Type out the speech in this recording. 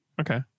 Okay